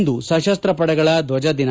ಇಂದು ಸಶಸ್ತ್ರ ಪಡೆಗಳ ಧ್ವಜ ದಿನ